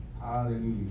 Hallelujah